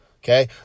Okay